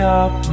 up